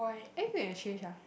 eh going on exchange ah